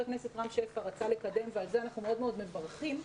אלה שלושת הצירים שבחרנו להתמקד בהם.